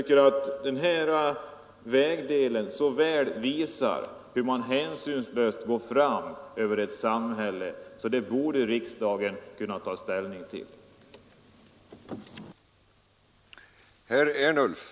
Den aktuella delen av ifrågavarande vägprojekt visar så väl hur man hänsynslöst går fram över ett samhälle, att riksdagen borde kunna ta ställning till ärendet.